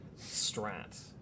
strat